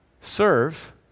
Serve